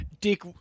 Dick